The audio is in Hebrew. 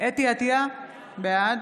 אתי עטייה, בעד